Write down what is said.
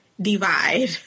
Divide